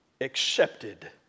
accepted